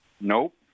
Nope